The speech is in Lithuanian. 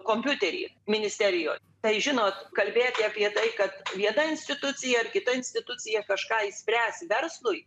kompiuterį ministerijoj tai žinot kalbėti apie tai kad viena institucija ar kita institucija kažką išspręs verslui